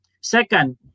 Second